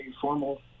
formal